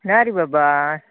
ना रे बाबा